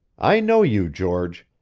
i know you, george!